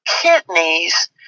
kidneys